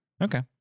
Okay